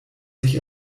sich